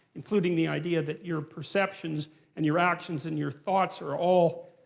including the idea that your perceptions and your actions and your thoughts are all,